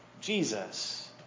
Jesus